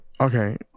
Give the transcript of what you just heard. Okay